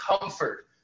comfort